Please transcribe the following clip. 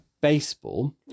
baseball